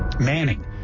Manning